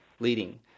leading